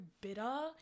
bitter